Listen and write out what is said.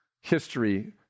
history